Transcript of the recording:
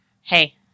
Hey